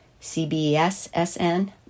CBSSN